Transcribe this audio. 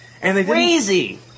Crazy